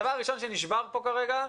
הדבר הראשון שנשבר כאן כרגע,